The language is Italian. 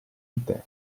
interne